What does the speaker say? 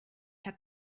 hat